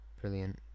brilliant